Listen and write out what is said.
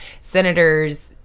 senators